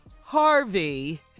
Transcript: Harvey